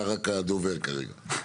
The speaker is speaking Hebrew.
אתה רק הדובר כרגע.